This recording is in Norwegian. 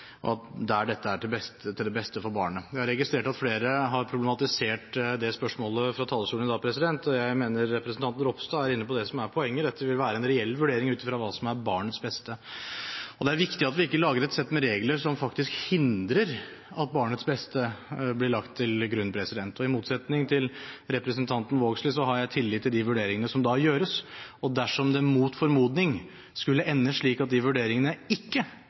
16 år der dette er til det beste for barnet. Jeg har registrert at flere har problematisert det spørsmålet fra talerstolen i dag. Jeg mener representanten Ropstad er inne på det som er poenget – dette vil være en reell vurdering ut fra hva som er barnets beste. Det er viktig at vi ikke lager et sett med regler som faktisk hindrer at barnets beste blir lagt til grunn. I motsetning til representanten Vågslid har jeg tillit til de vurderingene som da gjøres, og dersom det, mot formodning, skulle ende slik at de vurderingene ikke er